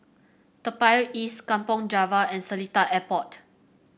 Toa Payoh East Kampong Java and Seletar Airport